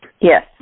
Yes